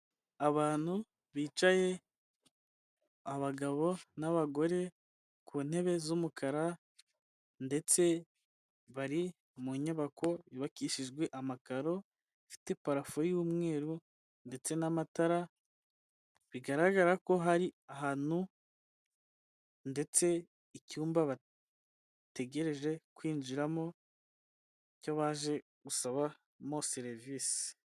Abantu bicaye, abagabo n'abagore, ku ntebe z'umukara, ndetse bari mu nyubako yubakishijwe amakaro, ifite parafu y'umweru ndetse n'amatara, bigaragara ko hari ahantu ndetse icyumba bategereje kwinjiramo ni cyo baje gusabamo serivisi.